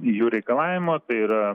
jų reikalavimo tai yra